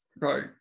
right